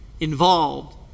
involved